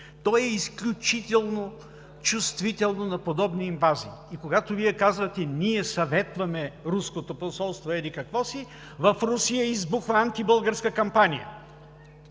То е изключително чувствително на подобни инвазии и, когато Вие казвате: ние съветваме руското посолство еди-какво си, в Русия избухва антибългарска кампания.